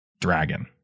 dragon